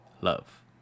love